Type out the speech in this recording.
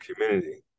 community